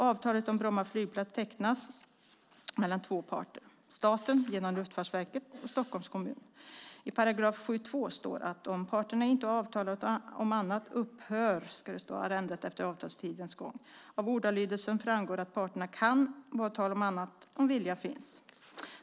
Avtalet om Bromma flygplats tecknas mellan två parter, staten genom Luftfartsverket och Stockholms kommun. I 7 § 2 står att om parterna inte avtalar om annat upphör arrendet efter avtalstidens utgång. Av ordalydelsen framgår att parterna kan avtala om annat om viljan finns.